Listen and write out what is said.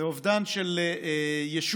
זה אובדן של ישות.